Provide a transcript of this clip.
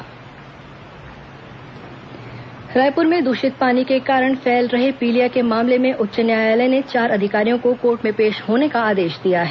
high court दूषित पेयजल रायंपुर में दूषित पानी के कारण फैल रहे पीलिया के मामले में उच्च न्यायालय ने चार अधिकारियों को कोर्ट में पेश होने का आदेश दिया है